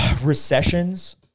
recessions